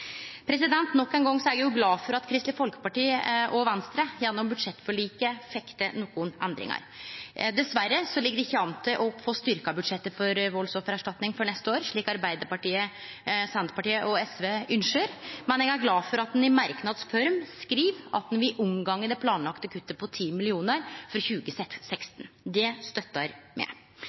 Nok ein gong er eg glad for at Kristeleg Folkeparti og Venstre gjennom budsjettforliket fekk til nokre endringar. Dessverre ligg det ikkje an til at ein får styrkt budsjettet for Kontoret for valdsofferstatning for neste år, slik Arbeidarpartiet, Senterpartiet og SV ynskjer, men eg er glad for at ein i merknads form skriv at ein vil unngå det planlagde kuttet på 10 mill. kr for 2016. Det støttar me. Eg er heilt einig med